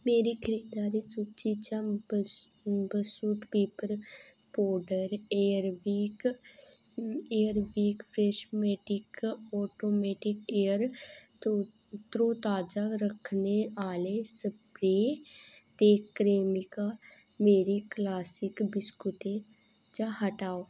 मेरी खरीददारी सूची चा बसू बसूट paper powder Airwick Airwick freshmatic automatic air तरो तरोताजा रक्खने आह्ले स्प्रे ते क्रेमिका मैरी क्लासिक बिस्कुटें च हटाओ